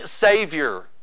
Savior